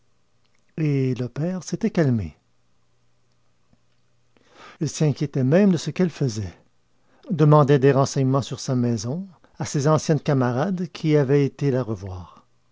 et le père s'était calmé il s'inquiétait même de ce qu'elle faisait demandait des renseignements sur sa maison à ses anciennes camarades qui avaient été la revoir